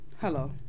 Hello